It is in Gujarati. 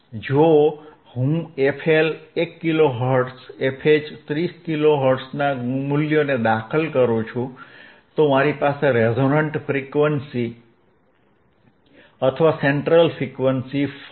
જો હું fL 1 kilo hertz fH 30 kilo હર્ટ્ઝના મૂલ્યોને દાખલ કરું છું તો મારી પાસે રેઝોનેન્ટ ફ્રિઇક્વન્સી અથવા સેંટ્રલ ફ્રીક્વંસી 5